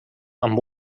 amb